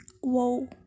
whoa